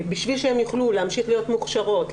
בשביל שהן יוכלו להמשיך להיות מוכשרות,